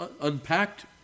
unpacked